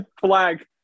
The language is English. Flag